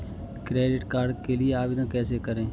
Credit card के लिए आवेदन कैसे करें?